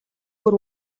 өөр